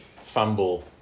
fumble